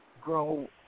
grow